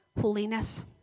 holiness